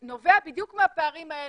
חוסר האמון הציבורי נובע בדיוק מהפערים האלה,